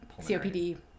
COPD